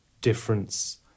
difference